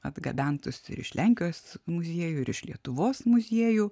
atgabentus ir lenkijos muziejų ir iš lietuvos muziejų